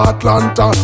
Atlanta